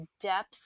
depth